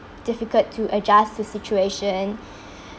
difficult to adjust to situation